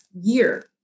year